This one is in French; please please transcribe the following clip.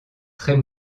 très